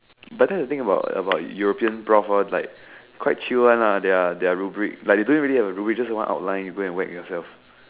but that's the thing about about European profs lor like quite chill one lah they're they're rubric like they don't really have a rubric just one outline you go and whack yourself